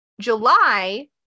July